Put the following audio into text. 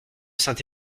saint